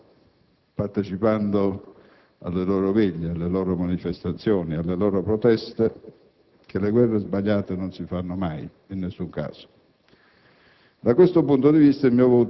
Da loro ho imparato, partecipando alle loro veglie, alle loro manifestazioni e alle loro proteste, che le guerre sbagliate non si fanno mai, in nessun caso.